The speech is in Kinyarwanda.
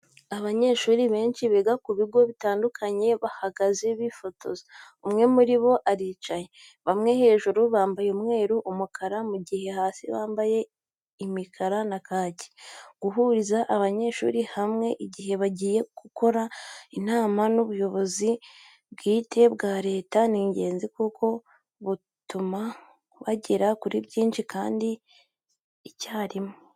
Abanyeshuri benshi biga ku bigo bitandukanye bahagaze bifotoza, umwe muri bo aricaye. Bamwe hejuru bambaye umweru, umukara, mu gihe hasi bambaye imikara na kaki. Guhuriza abanyeshuri hamwe igihe bagiye gukorana inama n'ubuyobozi bwite bwa leta ni ingenzi kuko ubutumwa bugera kuri benshi kandi icyarimwe.